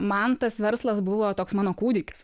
man tas verslas buvo toks mano kūdikis